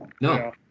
No